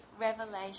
revelation